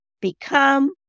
become